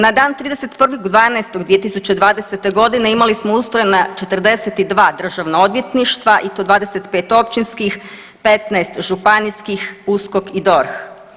Na dan 31.12.2020. godine imali smo ustrojena 42 državna odvjetništva i to 25 općinskih, 15 županijskih, USKOK i DORH.